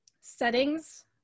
settings